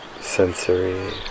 sensory